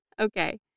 okay